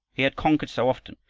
he had conquered so often,